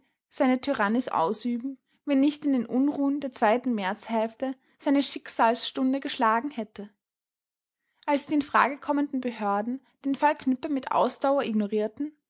seine tyrannis ausüben wenn nicht in den unruhen der zweiten märzhälfte seine schicksalsstunde geschlagen hätte als die in frage kommenden behörden den fall knüppe mit ausdauer